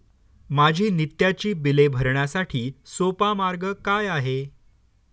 माझी नित्याची बिले भरण्यासाठी सोपा मार्ग काय आहे?